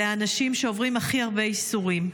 אלה האנשים שעוברים הכי הרבה ייסורים.